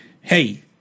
hey